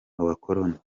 bakoloni